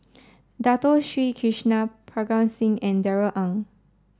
Dato Sri Krishna Parga Singh and Darrell Ang